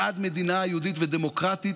בעד מדינה יהודית ודמוקרטית,